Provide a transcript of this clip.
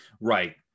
Right